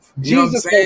Jesus